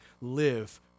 Live